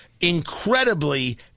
incredibly